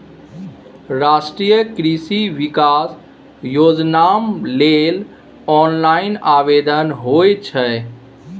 राष्ट्रीय कृषि विकास योजनाम लेल ऑनलाइन आवेदन होए छै